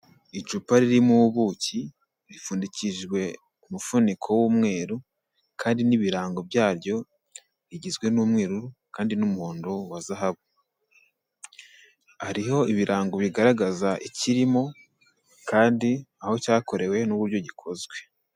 Icupa ririmo ubuki, ripfundikijwe umufuniko w'umweru, kandi n'ibirango byaryo bigizwe n'umweru kandi n'umuhondo wa zahabu. Hariho ibirango bigaragaza ikirimo kandi aho cyakorewe n'uburyo gikozwe.